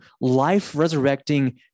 life-resurrecting